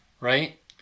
Right